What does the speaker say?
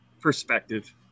perspective